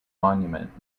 monument